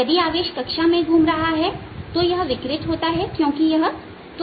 यदि आवेश कक्षा में घूम रहा है तो यह विकिरित होता है क्योंकि यह त्वरित है